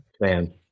man